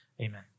amen